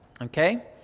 Okay